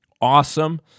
awesome